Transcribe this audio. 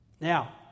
Now